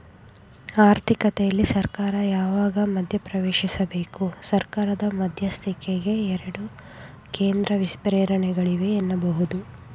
ಆರ್ಥಿಕತೆಯಲ್ಲಿ ಸರ್ಕಾರ ಯಾವಾಗ ಮಧ್ಯಪ್ರವೇಶಿಸಬೇಕು? ಸರ್ಕಾರದ ಮಧ್ಯಸ್ಥಿಕೆಗೆ ಎರಡು ಕೇಂದ್ರ ಪ್ರೇರಣೆಗಳಿವೆ ಎನ್ನಬಹುದು